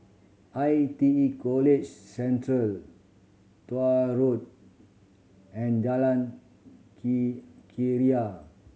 I T E College Central Tuah Road and Jalan Keria